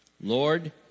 Lord